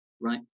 right